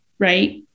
right